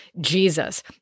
Jesus